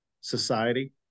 society